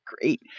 great